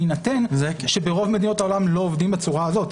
בהינתן שברוב מדינות העולם לא עובדים בצורה הזאת,